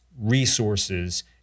resources